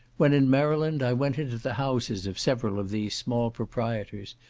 when in maryland, i went into the houses of several of these small proprietors,